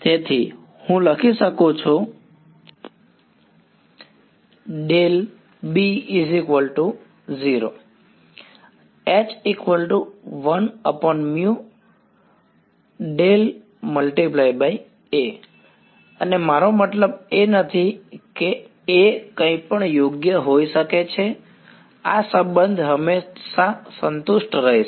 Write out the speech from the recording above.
તેથી હું લખી શકું છું અને મારો મતલબ એ નથી કે A કંઈપણ યોગ્ય હોઈ શકે છે આ સંબંધ હંમેશા સંતુષ્ટ રહેશે